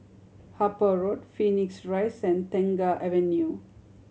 Harper Road Phoenix Rise and Tengah Avenue